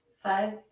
five